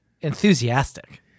enthusiastic